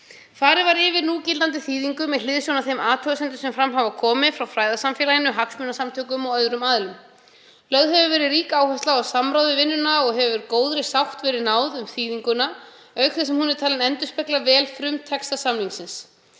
Farið var yfir núgildandi þýðingu með hliðsjón af þeim athugasemdum sem fram hafa komið frá fræðasamfélaginu, hagsmunasamtökum og öðrum aðilum. Lögð hefur verið rík áhersla á samráð við vinnunna og hefur góðri sátt verið náð um þýðinguna, auk þess sem hún er talin endurspegla vel frumtexta samningsins.